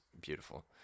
beautiful